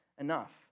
enough